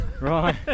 Right